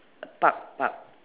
park park